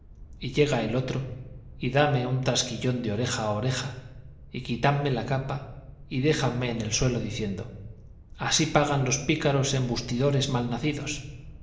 y llega el otro y dame un trasquilón de oreja a oreja y quítanme la capa y déjanme en el suelo diciendo así pagan los pícaros embustidores mal nacidos